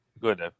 good